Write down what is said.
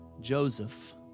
Joseph